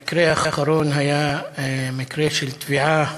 המקרה האחרון היה מקרה של טביעה